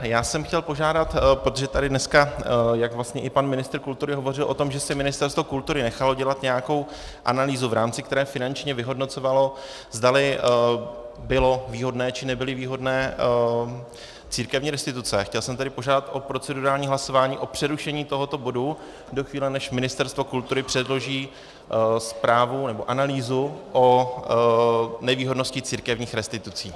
Já jsem chtěl požádat, protože tady dnes pan ministr kultury hovořil o tom, že si Ministerstvo kultury nechalo udělat nějakou analýzu, v rámci které finančně vyhodnocovalo, zdali byly či nebyly výhodné církevní restituce, chtěl jsem tedy požádat o procedurální hlasování o přerušení tohoto bodu do chvíle, než Ministerstvo kultury předloží zprávu nebo analýzu o nevýhodnosti církevních restitucí.